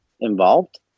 involved